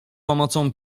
pomocą